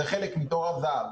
זה חלק מתור הזהב.